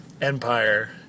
empire